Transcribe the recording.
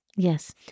Yes